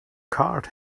card